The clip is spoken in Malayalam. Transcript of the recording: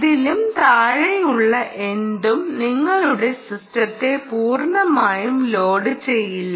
ഇതിലും താഴെയുള്ള എന്തും നിങ്ങളുടെ സിസ്റ്റത്തെ പൂർണ്ണമായും ലോഡുചെയ്യില്ല